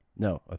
No